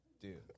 Dude